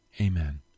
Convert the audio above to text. Amen